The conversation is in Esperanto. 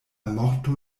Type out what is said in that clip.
morto